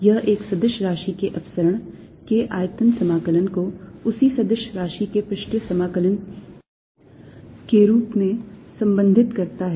यह एक सदिश राशि के अपसरण के आयतन समाकलन को उसी सदिश राशि के पृष्ठीय समाकलन के रूप से संबंधित करता है